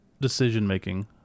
decision-making